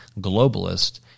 globalist